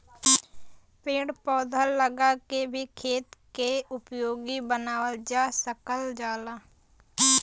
पेड़ पौधा लगा के भी खेत के उपयोगी बनावल जा सकल जाला